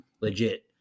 Legit